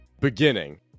beginning